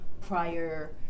prior